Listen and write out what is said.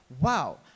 Wow